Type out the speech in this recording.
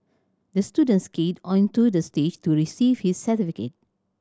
the student skated onto the stage to receive his certificate